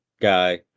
guy